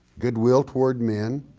goodwill toward men,